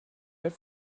good